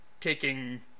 taking